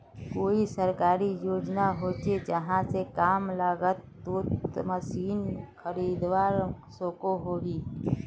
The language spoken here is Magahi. कोई सरकारी योजना होचे जहा से कम लागत तोत मशीन खरीदवार सकोहो ही?